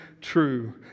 true